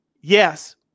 Yes